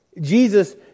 Jesus